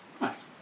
Nice